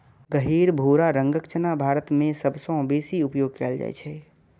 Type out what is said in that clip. गहींर भूरा रंगक चना भारत मे सबसं बेसी उपयोग कैल जाइ छै